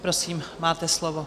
Prosím, máte slovo.